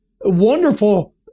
wonderful